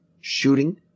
shooting